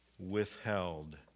withheld